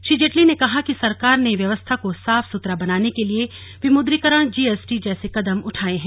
श्री जेटली ने कहा कि सरकार ने व्यवस्था को साफ सुथरा बनाने के लिए विमुद्रीकरण जीएसटी और चुनाव बॉड जैसे कदम उठाये हैं